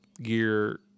gear